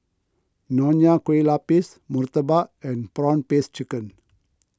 Nonya Kueh Lapis Murtabak and Prawn Paste Chicken